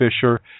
Fisher